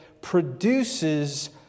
produces